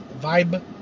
vibe